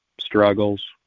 struggles